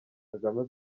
kagame